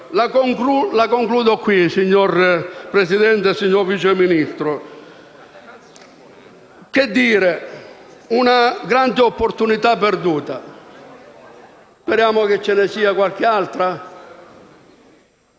mio intervento, signora Presidente e signor Vice Ministro. Questa è una grande opportunità perduta. Speriamo che ce ne sia qualche altra.